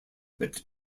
but